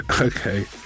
Okay